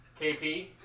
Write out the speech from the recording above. KP